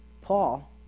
Paul